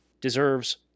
deserves